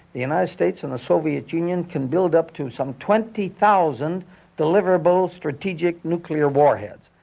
the united states and the soviet union can build up to some twenty thousand deliverable strategic nuclear warheads.